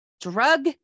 Drug